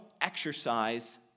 exercise